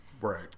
Right